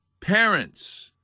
parents